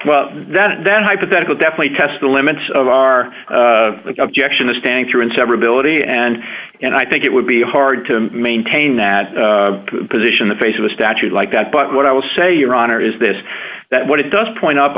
challenge that then hypothetical definitely test the limits of our objection to standing through and severability and and i think it would be hard to maintain that position in the face of a statute like that but what i will say your honor is this that what it does point up